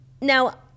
Now